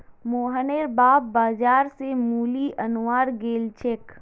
रोहनेर बाप बाजार स मूली अनवार गेल छेक